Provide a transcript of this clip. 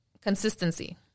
consistency